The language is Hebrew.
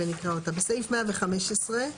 בסעיף 115,